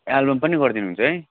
album पनि गरिदिनु हुन्छ है